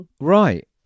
right